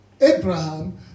Abraham